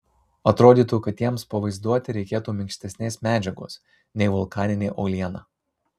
atrodytų kad jiems pavaizduoti reikėtų minkštesnės medžiagos nei vulkaninė uoliena